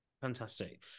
Fantastic